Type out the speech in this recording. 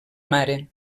mare